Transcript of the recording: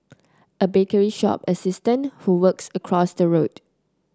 a bakery shop assistant who works across the road